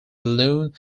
balloon